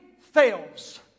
fails